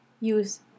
use